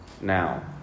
now